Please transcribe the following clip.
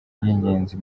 ry’ingenzi